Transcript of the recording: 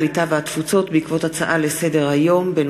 הקליטה והתפוצות בעקבות דיון בהצעה לסדר-היום של